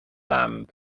lamb